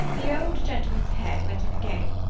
the old gentleman's head went in again,